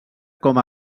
com